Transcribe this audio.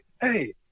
hey